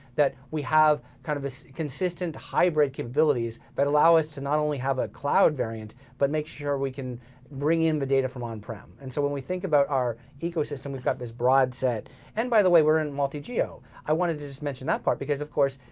that we have kind of this consistent, hybrid capabilities that but allow us to not only have a cloud variant, but make sure we can bring in the data from on-prem. and so when we think about our ecosystem we've got this broad set and by the way, we're in multi geo. i wanted to just mention that part because, of course,